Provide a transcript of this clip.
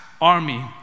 army